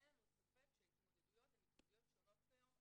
אין לנו ספק שההתמודדויות הן התמודדויות שונות כיום,